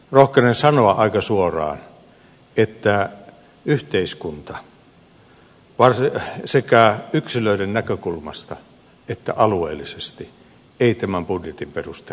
rohkenen sanoa aika suoraan että yhteiskunta sekä yksilöiden näkökulmasta että alueellisesti ei tämän budjetin perusteella eheydy